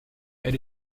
elle